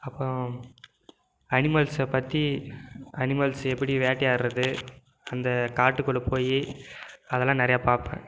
அப்புறம் அனிமல்ஸை பற்றி அனிமல்ஸ் எப்படி வேட்டையாடுவது அந்த காட்டுக்குள்ளே போய் அதெல்லாம் நிறையா பார்ப்பேன்